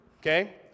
Okay